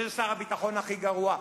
שזה שר הביטחון הכי גרוע,